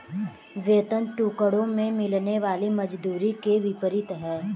वेतन टुकड़ों में मिलने वाली मजदूरी के विपरीत है